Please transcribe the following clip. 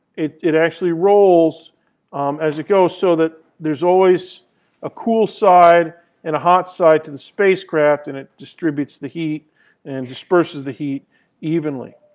it it actually rolls as it goes so that there's always a cool side and a hot side to the spacecraft and it distributes the heat and disperses the heat evenly.